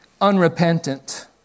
unrepentant